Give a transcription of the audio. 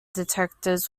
detectors